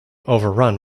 overrun